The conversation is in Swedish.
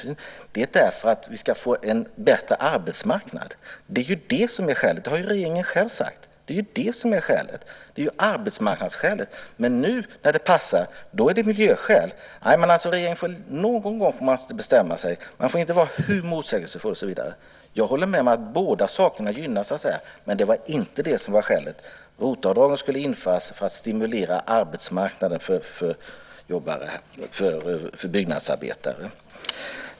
Men det som är skälet är att vi ska få en bättre arbetsmarknad. Regeringen har själv sagt att det är av arbetsmarknadsskäl. Men nu när det passar är det miljöskäl. Regeringen måste någon gång bestämma sig. Man får inte vara hur motsägelsefull som helst. Jag håller med om att båda sakerna gynnas, men ROT-avdragen skulle införas för att stimulera arbetsmarknaden för byggnadsarbetare.